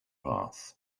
path